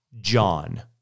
John